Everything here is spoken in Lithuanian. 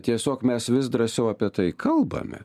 tiesiog mes vis drąsiau apie tai kalbame